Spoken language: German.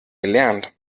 gelernt